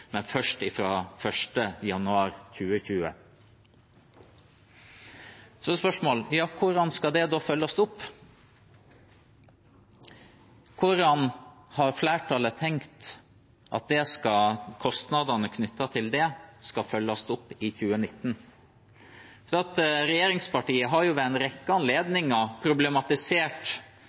men først fra 1. januar 2020. Så er spørsmålet: Hvordan skal det da følges opp? Hvordan har flertallet tenkt at kostnadene knyttet til dette skal følges opp i 2019? Regjeringspartiene har jo ved en rekke anledninger problematisert